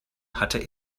hatte